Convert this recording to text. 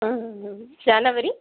ம் ம் ஜனவரி